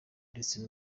ndetse